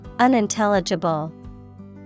Unintelligible